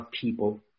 people